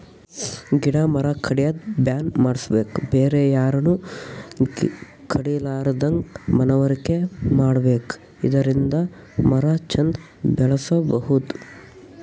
ಗಿಡ ಮರ ಕಡ್ಯದ್ ಬ್ಯಾನ್ ಮಾಡ್ಸಬೇಕ್ ಬೇರೆ ಯಾರನು ಕಡಿಲಾರದಂಗ್ ಮನವರಿಕೆ ಮಾಡ್ಬೇಕ್ ಇದರಿಂದ ಮರ ಚಂದ್ ಬೆಳಸಬಹುದ್